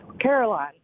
Caroline